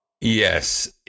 yes